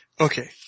Okay